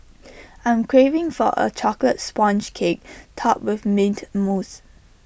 I'm craving for A Chocolate Sponge Cake Topped with Mint Mousse